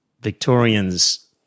Victorians